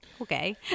okay